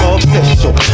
Official